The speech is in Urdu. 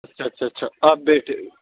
اچھا اچھا اچھا آپ بے